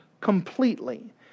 completely